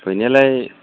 फैनायालाय